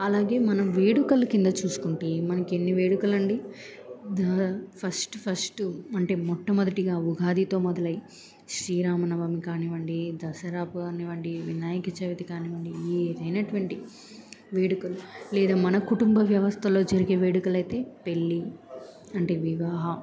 అలాగే మనం వేడుకల కింద చూసుకుంటే మనకి ఎన్ని వేడుకలండి ఫస్ట్ ఫస్ట్ అంటే మొట్టమొదటిగా ఉగాదితో మొదలై శ్రీరామనవమి కానివ్వండి దసరాపు కానివ్వండి వినాయక చవితి కానివ్వండి ఏదైనటువంటి వేడుకలు లేదా మన కుటుంబ వ్యవస్థలో జరిగే వేడుకలు అయితే పెళ్లి అంటే వివాహ